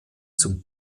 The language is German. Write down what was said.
zum